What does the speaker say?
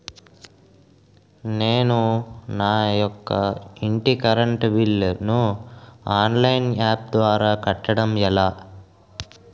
నేను నా యెక్క ఇంటి కరెంట్ బిల్ ను ఆన్లైన్ యాప్ ద్వారా కట్టడం ఎలా?